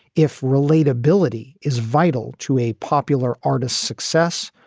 if relate ability is vital to a popular artist's success,